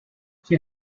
she